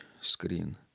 screen